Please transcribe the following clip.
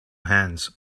hands